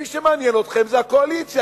מי שמעניין אתכם זה הקואליציה,